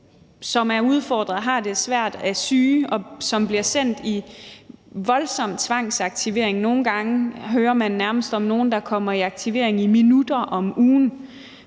som er udfordret, har det svært og er syge, og som bliver sendt i voldsom tvangsaktivering. Nogle gange hører man nærmest om nogen, der kommer i aktivering i minutter om ugen